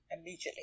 immediately